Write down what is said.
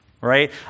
Right